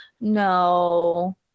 no